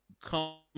come